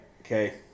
okay